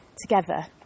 together